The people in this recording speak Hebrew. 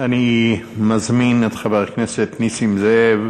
אני מזמין את חבר הכנסת נסים זאב